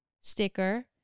sticker